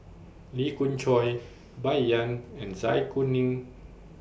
Lee Khoon Choy Bai Yan and Zai Kuning